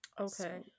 okay